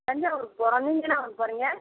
தஞ்சாவூருக்கு போகறோம் நீங்கள் என்ன ஊருக்கு போகறீங்க